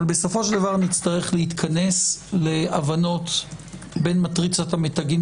אבל בסופו של דבר נצטרך להתכנס להבנות בין מטריצת המתגים